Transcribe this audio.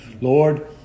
Lord